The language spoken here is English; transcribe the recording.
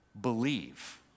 believe